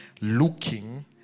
Looking